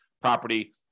property